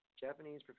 Japanese